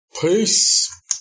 Peace